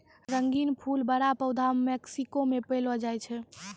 रंगीन फूल बड़ा पौधा मेक्सिको मे पैलो जाय छै